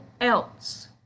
else